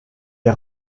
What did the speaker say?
est